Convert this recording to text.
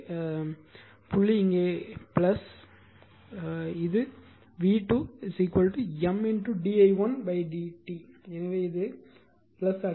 எனவே மற்றும் புள்ளி இங்கே போலாரிட்டி இல் குறிக்கப்பட்டுள்ளது எனவே இது உண்மையில் v2 M d i1 dt